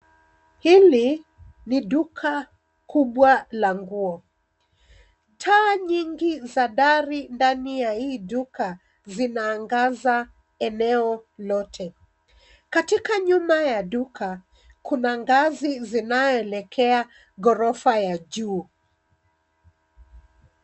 Hili ni duka kubwa la nguo. Taa nyingi za dari ndani ya hii duka zinaangaza eneo lote. Katika nyuma ya duka, kuna ngazi zinaelekea gorofa ya juu.